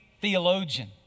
theologian